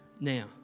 now